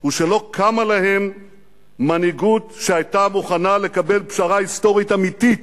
הוא שלא קמה להם מנהיגות שהיתה מוכנה לקבל פשרה היסטורית אמיתית,